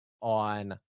on